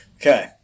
Okay